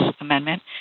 Amendment